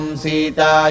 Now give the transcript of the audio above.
Sita